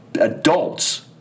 adults